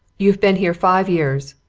you've been here five years,